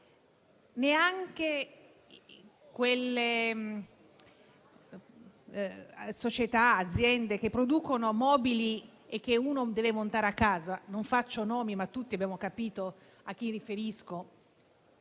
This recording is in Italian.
neanche quelle società o aziende che producono mobili che si devono montare a casa (non faccio nomi, ma tutti abbiamo capito a chi mi riferisco)